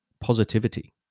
positivity